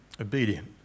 Obedient